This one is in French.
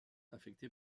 affecté